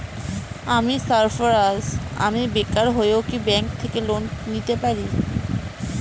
আমি সার্ফারাজ, আমি বেকার হয়েও কি ব্যঙ্ক থেকে লোন নিতে পারি?